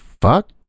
fuck